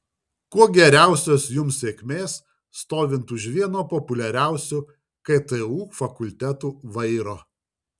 kuo geriausios jums sėkmės stovint už vieno populiariausių ktu fakultetų vairo